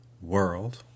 world